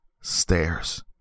stairs